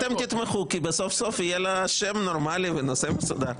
תגידו, אתם הפכתם את הכנסת לחותמת גומי.